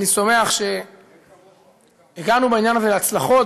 אני שמח שהגענו בעניין הזה להצלחות,